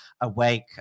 awake